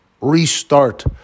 restart